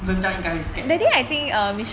人家应该会 scared lor 是吗